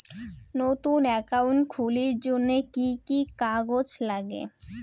নতুন একাউন্ট খুলির জন্যে কি কি কাগজ নাগে?